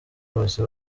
bose